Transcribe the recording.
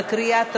בקריאה טרומית.